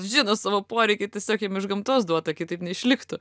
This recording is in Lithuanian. žino savo poreikį tiesiog jiem iš gamtos duota kitaip neišliktų